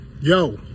Yo